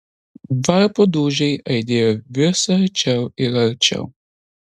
varpo dūžiai aidėjo vis arčiau ir arčiau